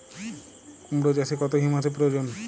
কুড়মো চাষে কত হিউমাসের প্রয়োজন?